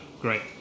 Great